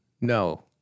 No